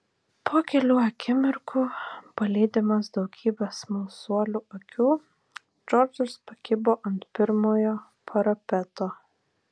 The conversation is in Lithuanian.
po kelių akimirkų palydimas daugybės smalsuolių akių džordžas pakibo ant pirmojo parapeto